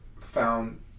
found